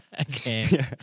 Okay